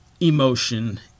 emotion